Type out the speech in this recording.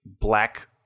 black